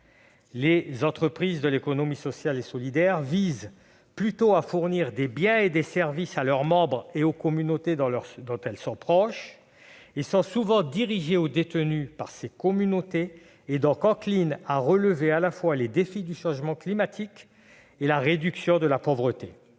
Les entreprises de l'économie sociale et solidaire visent plutôt à fournir des biens et des services à leurs membres et aux communautés dont elles sont proches. Elles sont souvent dirigées ou détenues par ces communautés, donc enclines à relever à la fois les défis du changement climatique et de la réduction de la pauvreté.